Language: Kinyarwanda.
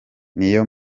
niyo